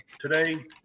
today